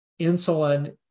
insulin